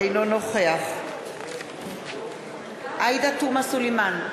אינו נוכח עאידה תומא סלימאן,